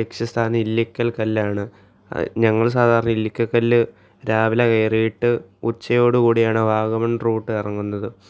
ലക്ഷ്യസ്ഥാനം ഇല്ലിക്കല് കല്ലാണ് ഞങ്ങള് സാധാരണ ഇല്ലിക്കല് കല്ല് രാവിലെ കേറിയിട്ട് ഉച്ചയോടുകൂടിയാണ് വാഗമണ് റൂട്ട് ഇറങ്ങുന്നത്